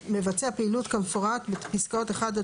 3. מבצע פעילות כמפורט בפסקאות (1) עד